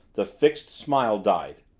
the fixed smile died.